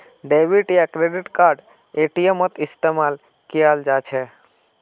debit या credit card एटीएमत इस्तेमाल कियाल जा छ